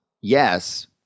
yes